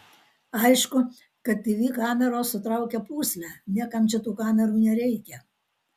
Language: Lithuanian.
aišku kad tv kameros sutraukia pūslę niekam čia tų kamerų nereikia